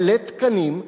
בלית תקנים,